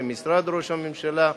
עם משרד ראש הממשלה,